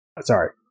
Sorry